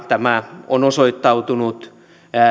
tämä on osoittautunut